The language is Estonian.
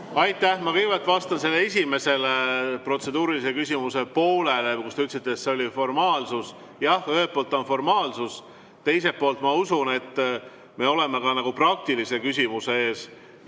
Aitäh! Ma kõigepealt vastan esimesele protseduurilise küsimuse poolele, kus te ütlesite, et see oli formaalsus. Jah, ühelt poolt see on formaalsus, aga teiselt poolt ma usun, et me oleme ka praktilise küsimuse ees.